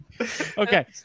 Okay